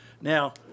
Now